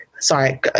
Sorry